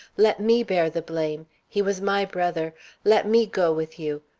let me bear the blame he was my brother let me go with you,